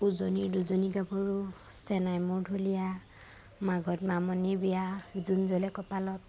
উজনিৰ দুজনী গাভৰু চেনাই মোৰ ঢুলীয়া মাঘত মামনিৰ বিয়া জোন জ্বলে কপালত